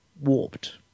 warped